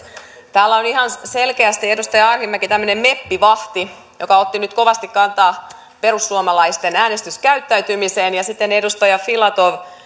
täällä on ihan selkeästi edustaja arhinmäki tämmöinen meppivahti joka otti nyt kovasti kantaa perussuomalaisten äänestyskäyttäytymiseen ja sitten myös edustaja filatov